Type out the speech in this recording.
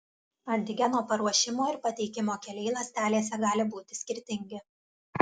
antigeno paruošimo ir pateikimo keliai ląstelėse gali būti skirtingi